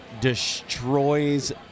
destroys